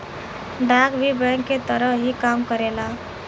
डाक भी बैंक के तरह ही काम करेला